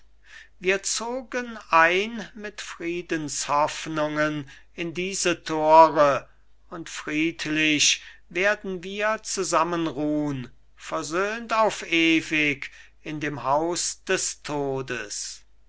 wir zogen ein mit friedenshoffnungen in diese thore und friedlich werden wir zusammen ruhn versöhnt auf ewig in dem haus des todes